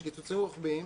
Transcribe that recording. יש קיצוצים רוחביים,